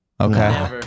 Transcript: Okay